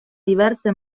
diverse